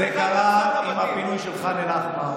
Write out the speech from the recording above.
זה קרה עם חוק עונש מוות